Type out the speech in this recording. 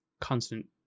constant